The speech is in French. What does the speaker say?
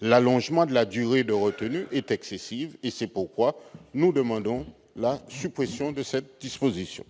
l'allongement de la durée de retenue est en revanche excessif. C'est pourquoi nous demandons la suppression de cette disposition.